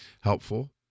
helpful